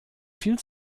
viel